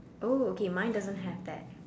oh okay mine doesn't have that